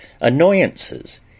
annoyances